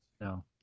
No